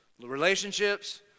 Relationships